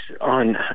on